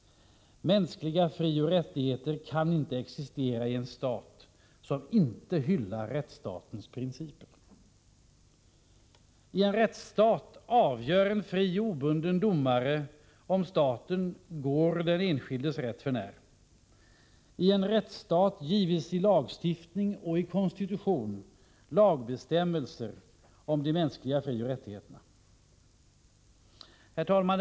Mänskliga frioch rättigheter kan inte existera i en stat som inte hyllar rättsstatens principer. I en rättsstat avgör en fri och obunden domare om staten gått den enskildes rätt för när. I en rättsstat ges i lagstiftning och konstitution lagbestämmelser om de mänskliga frioch rättigheterna. Herr talman!